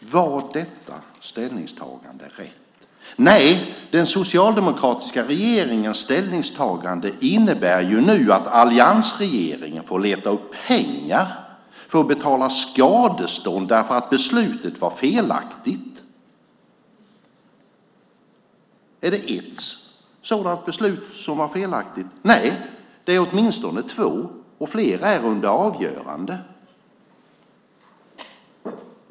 Var detta ställningstagande rätt? Nej! Den socialdemokratiska regeringens ställningstagande innebär att alliansregeringen nu får leta upp pengar för att betala skadestånd därför att beslutet var felaktigt. Är det ett sådant beslut som var felaktigt? Nej, det är åtminstone två. Och flera är under avgörande.